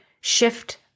shift